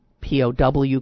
POW